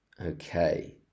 Okay